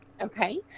Okay